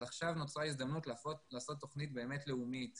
אבל עכשיו נוצרה הזדמנות לעשות תוכנית באמת לאומית